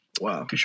Wow